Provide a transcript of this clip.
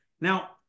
Now